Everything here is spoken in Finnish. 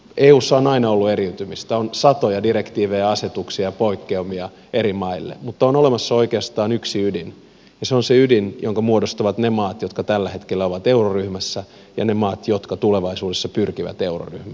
eussa on aina ollut eriytymistä on satoja direktiivejä asetuksia ja poikkeamia eri maille mutta on olemassa oikeastaan yksi ydin ja se on se ydin jonka muodostavat ne maat jotka tällä hetkellä ovat euroryhmässä ja ne maat jotka tulevaisuudessa pyrkivät euroryhmään